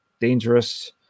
dangerous